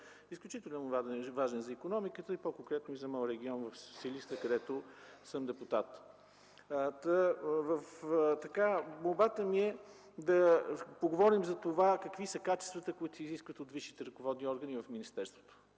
изключително важен за икономиката, по-конкретно и за моя регион, Силистра, откъдето съм депутат. Молбата ми е да поговорим за това какви са качествата, които се изискват от висшите ръководни органи в министерството.